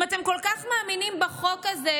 אם אתם כל כך מאמינים בחוק הזה,